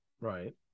Right